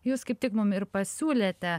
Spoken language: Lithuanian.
jūs kaip tik mum ir pasiūlėte